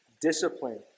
discipline